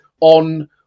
on